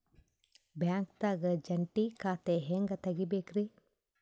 ಬ್ಯಾಂಕ್ದಾಗ ಜಂಟಿ ಖಾತೆ ಹೆಂಗ್ ತಗಿಬೇಕ್ರಿ?